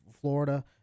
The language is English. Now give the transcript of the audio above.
Florida